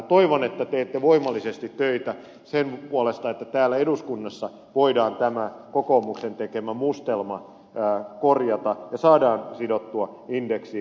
toivon että teette voimallisesti töitä sen puolesta että täällä eduskunnassa voidaan tämä kokoomuksen tekemä mustelma korjata ja saadaan tuki sidottua indeksiin